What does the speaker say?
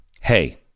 hey